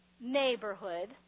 neighborhood